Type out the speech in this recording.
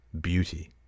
beauty